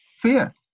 fear